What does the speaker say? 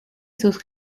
sus